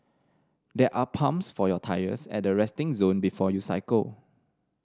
there are pumps for your tyres at the resting zone before you cycle